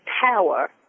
power